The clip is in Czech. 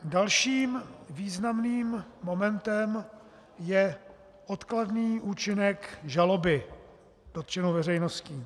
Dalším významným momentem je odkladný účinek žaloby dotčenou veřejností.